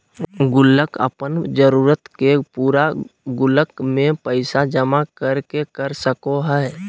गुल्लक अपन जरूरत के पूरा गुल्लक में पैसा जमा कर के कर सको हइ